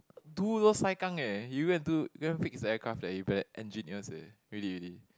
do those sai kang eh you go and do you go and fix the aircraft that you'll be like engineers eh really really